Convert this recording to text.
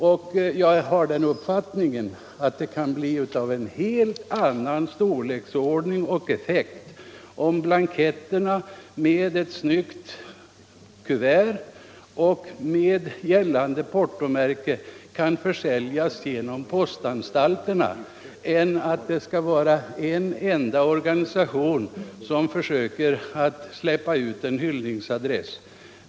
Och jag har den uppfattningen att det kan bli av en helt annan storleksordning och effekt om blanketterna tillsammans med ett snyggt kuvert och med gällande portomärke säljs genom postanstalterna, än om en enda organisation släpper ut en hyllningsblankett.